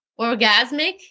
orgasmic